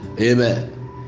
amen